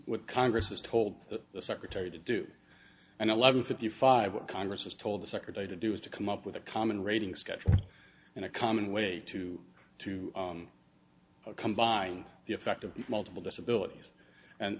with congress has told the secretary to do and eleven fifty five what congress has told the secretary to do is to come up with a common raiding schedule and a common way to to combine the effect of multiple disabilities and